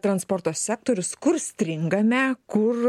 transporto sektorius kur stringame kur